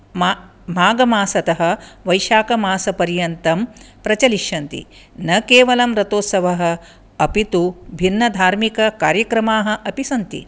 मा माघमासतः वैशाखमासपर्यन्तं प्रचलिष्यन्ति न केवलं रथोत्सवः अपि तु भिन्नधार्मिककार्यक्रमाः अपि सन्ति